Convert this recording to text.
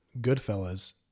Goodfellas